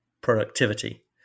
productivity